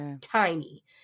tiny